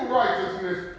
righteousness